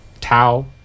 Tau